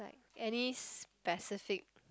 any specific